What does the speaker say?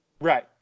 Right